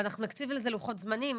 אנחנו נקציב לזה לוחות זמנים,